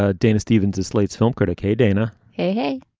ah dana stevens is slate's film critic. hey dana hey hey